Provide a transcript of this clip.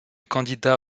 candidat